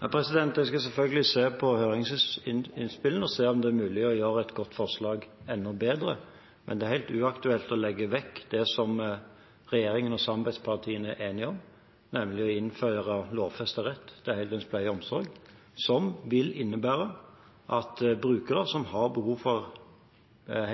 Jeg skal selvfølgelig se på høringsinnspillene og se om det er mulig å gjøre et godt forslag enda bedre, men det er helt uaktuelt å legge vekk det som regjeringen og samarbeidspartiene er enige om, nemlig å innføre lovfestet rett til heldøgns pleie og omsorg, som vil innebære at brukere som har behov for